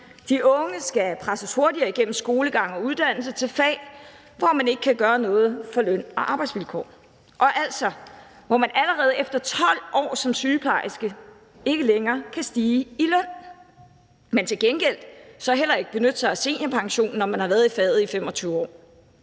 de unge skal presses hurtigere igennem skolegang og uddannelse til fag, hvor man ikke kan gøre noget for løn- og arbejdsvilkår, og hvor man altså allerede efter 12 år som sygeplejerske ikke længere kan stige i løn, men til gengæld så heller ikke benytte sig af seniorpension, når man har været i faget i 25 år.